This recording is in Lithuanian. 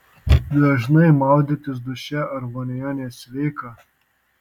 dažnai maudytis duše ar vonioje nesveika